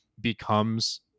becomes